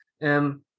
And-